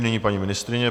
Nyní paní ministryně.